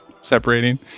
separating